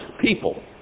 people